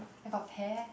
I got pear